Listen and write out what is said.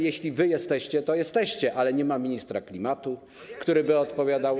Jeśli wy jesteście, to jesteście, ale nie ma ministra klimatu, który by odpowiadał.